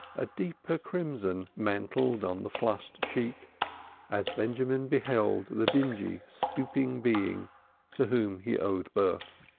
a deeper crimson mantled on the flushed cheek as benjamin beheld the dingy stooping being to whom he owed birth.